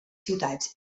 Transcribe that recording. ciutats